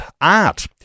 art